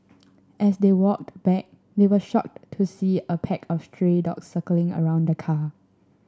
as they walked back they were shocked to see a pack of stray dogs circling around the car